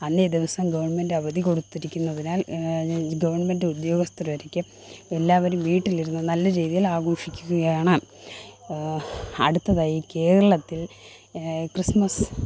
അന്നേ ദിവസം ഗവണ്മെന്റവധി കൊടുത്തിരിക്കുന്നതിനാല് ഗവണ്മെന്റ്റുദ്യോഗസ്ഥരൊരിക്കെ എല്ലാവരും വീട്ടിലിരുന്നു നല്ല രീതിയിലാഘോഷിക്കുകയാണ് അടുത്തതായി കേരളത്തില് ക്രിസ്മസ്